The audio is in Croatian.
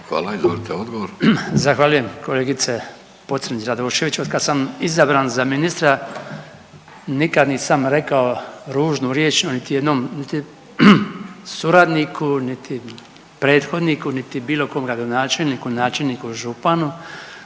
Branko (HDZ)** Zahvaljujem kolegice Pocrnić-Radošević, otkad sam izabran za ministra nikad nisam rekao ružnu riječ o niti jednom, niti suradniku niti prethodniku niti bilo kom gradonačelniku, načelniku, županu.